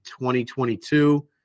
2022